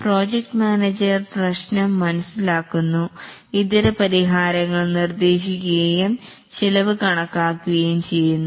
project manager പ്രശ്നം മനസ്സിലാക്കുന്നു ഇതര പരിഹാരങ്ങൾ നിർദേശിക്കുകയും ചെലവ് കണക്കാക്കുകയും ചെയ്യുന്നു